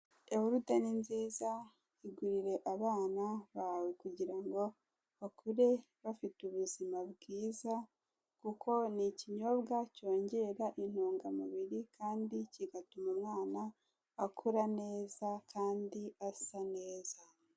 Yawurute ni nziza yigurire abana bawe kugira ngo bakure bafite ubuzima bwiza, kuko ni ikinyobwa cyongera intungamubiri kandi kigatuma umwana akura neza kandi asa neza.